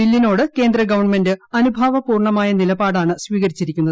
ബില്ലിനോട് കേന്ദ്ര ഗവൺമെന്റ് അനുഭാവ പൂർണമായ നിലപാടാണ് സ്വീകരിച്ചിരിക്കുന്നത്